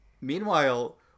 meanwhile